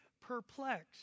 perplexed